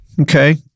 okay